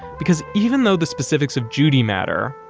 because even though the specifics of judy matter,